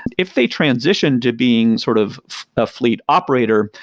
if they transition to being sort of a fleet operator,